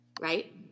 Right